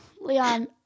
Leon